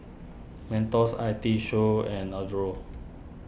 Mentos I T Show and Adore